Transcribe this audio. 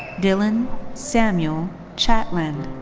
dylan samuel chatland.